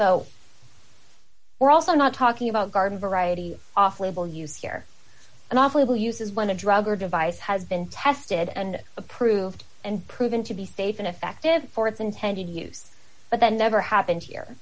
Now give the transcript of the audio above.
so we're also not talking about garden variety off label use here and off label uses when a drug or device has been tested and approved and proven to be safe and effective for its intended use but that never happens here